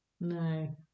No